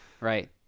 right